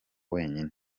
wenyine